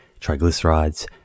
triglycerides